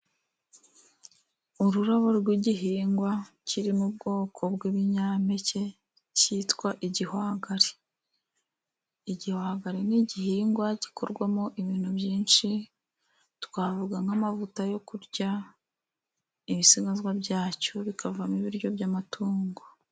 Ururabo rw'igihingwa kiri mu bwoko bw'ibinyampeke cyitwa igihwagari. Igihwamvari ni igihingwa gikorwamo ibintu byinshi. Twavuga nk'amavuta yo kurya. Ibisigazwa byacyo bikavamo ibiryo by'amatungo.